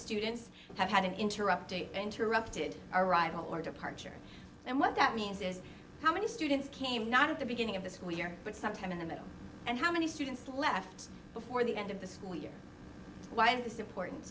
students have had an interrupt interrupted arrival or departure and what that means is how many students came not at the beginning of this we're but sometime in the middle and how many students left before the end of the school year why is this important